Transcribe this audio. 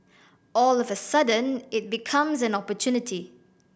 all of a sudden it becomes an opportunity